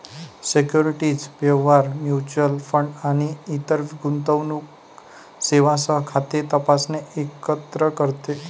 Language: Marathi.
सिक्युरिटीज व्यवहार, म्युच्युअल फंड आणि इतर गुंतवणूक सेवांसह खाते तपासणे एकत्र करते